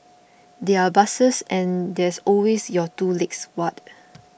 there are buses and there's always your two legs what